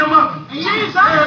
Jesus